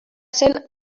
zen